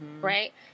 right